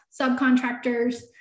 subcontractors